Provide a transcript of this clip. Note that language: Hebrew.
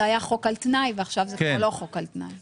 היה חוק על תנאי ועכשיו זה כבר לא חוק על תנאי.